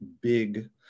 big